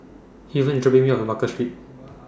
Haven IS dropping Me off At Baker Street